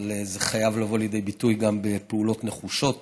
אבל זה חייב לבוא לידי ביטוי גם בפעולות נחושות